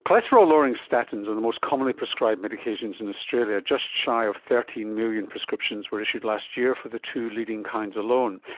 cholesterol lowering statins are the most commonly prescribed medications in australia, just shy of thirteen million prescriptions were issued last year for the two leading kinds alone.